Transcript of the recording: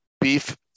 beef